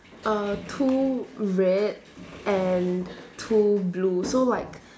err two red and two blue so like